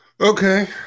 okay